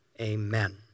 amen